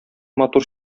матур